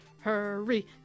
hurry